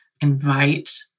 invite